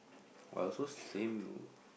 while I also same